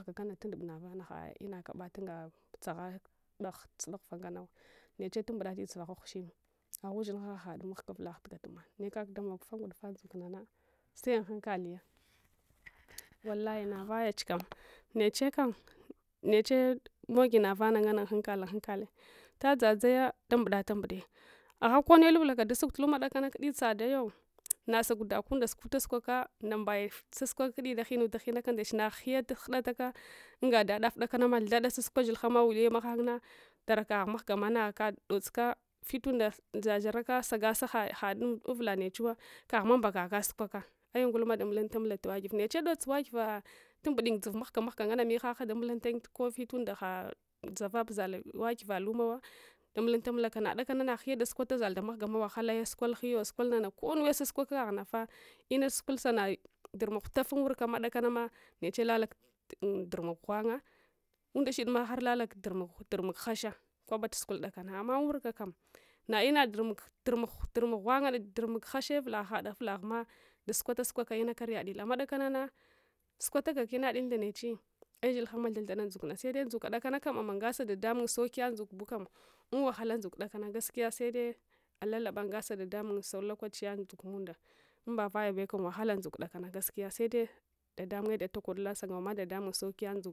Kana tudubnavana ha’ina kaɗata unga tsahe dogh sudaghuva ngananawa niche tumbuɗati dzuwa ghwaghushme agha ushinha hahaɗe mahga uvulagh tugatma nekak damog va ngu dufa ndzukunana se unhankaliya wallahi navayach kam niche kam niche mogi navana nganne unhankal unhankale vlta dzadzaya dambuda ndambuɗi agha konne lublaka dasuk unluma kudakanane dsadayo nasa kudakunda sukwata sukwakwa ndambaya sasukaka kuddi daghina taghinaka ndechna naghiyetu ghuda ka unga ɗaɗaf kudakanama thada sasukwa shilhama wuye mahangna darakaghmahgama kaɗol ska vitunde shasharako sagasa haɗun uvula nechuwa kaghma mbakakasukwaka ai’ ngumma ndamulanunt amma ta wagiv neche dotsu tawagiva tumbuduyun dzov mahga mahgo nganne mihah damulunl ayin vitunde ha dzavabu zalle tawagiva lumawa damulunl amulaka nadakane naghiyun da dasukwata zall damahgama wahalaya sukwal ghiyo sukwal nana konnuwe saskwa kaghn afa lna sukul sana durmuk hutaf unwnvkam dakanama neche lala durmuk ghwanga umdashidma harlala durmuk hasha kwabe tasukul kudakana annasa unwurkakam na ina durmuk durmuk g hwanga durmuk hashe had uvu lahma daskwal asukwe ina karyadile amma dakanana sukwatagaka ina di ndechi eh’ shilhama thad thada ndzukna sede ndzuka kudakanekam amungasa dadamun saukiya ndzuk bukam unwahala ndzuk kudakana gaskiya sede alalaba ungasa dada mung sawun loka chiya ndzuk dakana gaskiya sede dadamungye datako dula sungama dadamung saukiya ndzuk